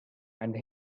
and